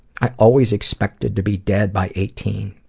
i always expected to be dead by eighteen.